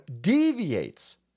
deviates